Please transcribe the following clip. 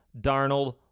Darnold